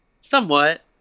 somewhat